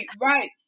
right